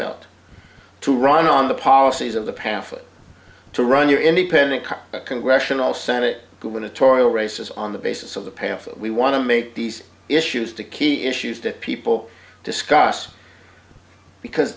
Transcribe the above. belt to run on the policies of the pamphlet to run your independent car congressional senate gubernatorial races on the basis of the payoff that we want to make these issues to key issues that people discuss because